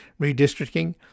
Redistricting